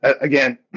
again